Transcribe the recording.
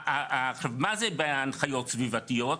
עכשיו, מה זה בהנחיות סביבתיות?